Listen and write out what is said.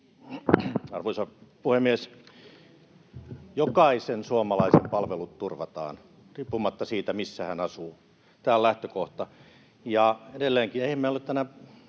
Arvoisa puhemies! Jokaisen suomalaisen palvelut turvataan riippumatta siitä, missä hän asuu. Tämä on lähtökohta.